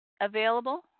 available